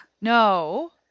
No